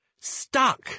Stuck